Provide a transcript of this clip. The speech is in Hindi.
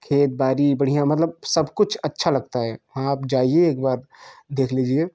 खेत बारी बढ़िया मतलब सब कुछ अच्छा लगता है वहाँ आप जाईए एक बार देख लीजिए